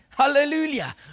Hallelujah